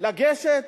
לגשת